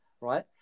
right